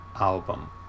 album